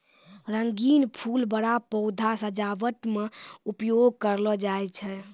रंगीन फूल बड़ा पौधा सजावट मे उपयोग करलो जाय छै